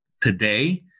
today